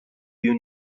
you